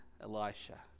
Elisha